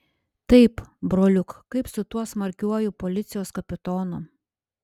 taip broliuk kaip su tuo smarkiuoju policijos kapitonu